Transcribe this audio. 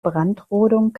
brandrodung